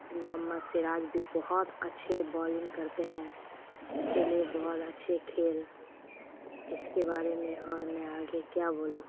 محمد سراج بھی بہت اچھے بالنگ کرتے ہیں کھیلے بہت اچھے کھیل اس کے بارے میں اور میں آگے کیا بولوں